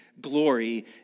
glory